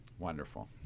Wonderful